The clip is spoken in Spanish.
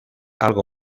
algo